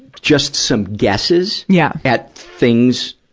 just some guesses yeah at things,